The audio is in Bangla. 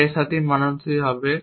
যা এর সাথে মানানসই হবে